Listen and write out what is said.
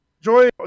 Joy